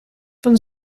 van